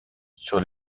sur